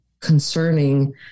concerning